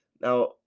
Now